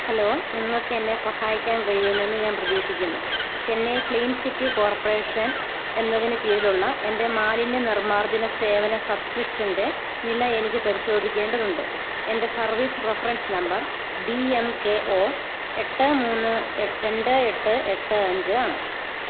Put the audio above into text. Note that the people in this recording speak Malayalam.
ഹലോ നിങ്ങൾക്കെന്നെ സഹായിക്കാന് കഴിയുമെന്ന് ഞാന് പ്രതീക്ഷിക്കുന്നു ചെന്നൈ ക്ലീൻ സിറ്റി കോർപ്പറേഷൻ എന്നതിന് കീഴിലുള്ള എൻ്റെ മാലിന്യനിർമാർജന സേവന സബ്സ്ക്രിപ്ഷൻ്റെ നില എനിക്ക് പരിശോധിക്കേണ്ടതുണ്ട് എൻ്റെ service reference number B M K O എട്ട് മൂന്ന് രണ്ട് എട്ട് എട്ട് അഞ്ച് ആണ്